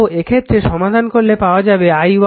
তো এক্ষেত্রে সমাধান করলে পাওয়া যাবে i1